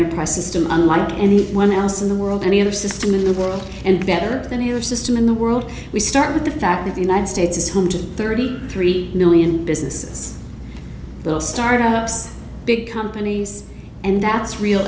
enterprise system unlike any one else in the world any other system in the world and better than the other system in the world we start with the fact that the united states is home to thirty three million businesses will start ups big companies and that's real